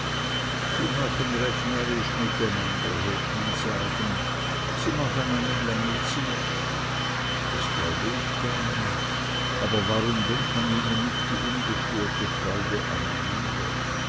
sie machen recht närrisch mit einander hört man sagen sie machen einem längizyt das glaube ich gerne aber warum gönnt man ihnen nicht die ungestörte freude